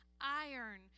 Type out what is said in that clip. iron